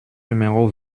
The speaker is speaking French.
numéro